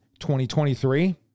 2023